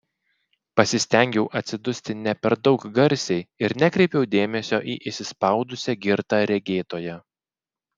pasistengiau atsidusti ne per daug garsiai ir nekreipiau dėmesio į įsispaudusią girtą regėtoją